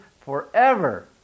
forever